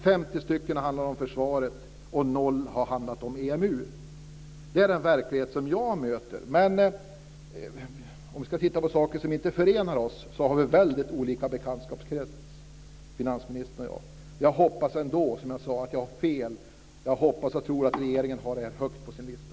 50 har handlat om försvaret och 0 om EMU. Det är den verklighet som jag möter. Om vi ska titta på saker som inte förenar oss, har finansministern och jag väldigt olika bekantskapskrets. Jag hoppas ändå, som jag sade, att jag har fel och att regeringen har den här frågan högt på sin lista.